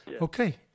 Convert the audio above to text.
Okay